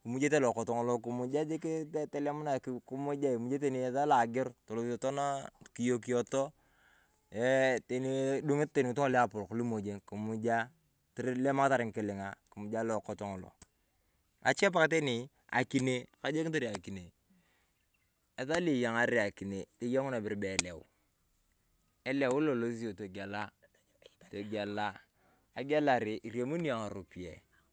Imujete lookot ng’olo kimujaa jikii tolemunae kimujae esaa lo ageor tolosiotoo noo kiyekiyetoo eeh teni adong’etee ng'iling'a kimujaa lookot ng'olo. Ache pakaa teni, akinee toyeng’unae ibere bee eleu, eleu lonilosi yong togiela eee togiela, agielarii iriamuni yong ng'aropiyaee.